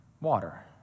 water